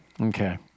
Okay